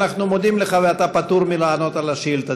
אנחנו מודים לך, ואתה פטור מלענות על השאילתה.